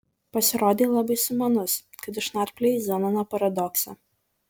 pasirodei labai sumanus kad išnarpliojai zenono paradoksą